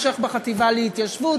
המשך בחטיבה להתיישבות,